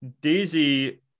Daisy